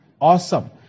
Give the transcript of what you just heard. Awesome